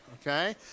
okay